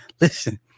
Listen